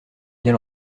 bien